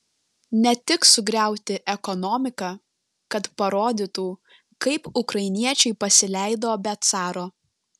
ne tik sugriauti ekonomiką kad parodytų kaip ukrainiečiai pasileido be caro